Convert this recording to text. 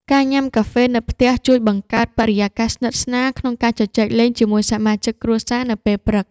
ការញ៉ាំកាហ្វេនៅផ្ទះជួយបង្កើតបរិយាកាសស្និទ្ធស្នាលក្នុងការជជែកលេងជាមួយសមាជិកគ្រួសារនៅពេលព្រឹក។